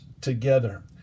together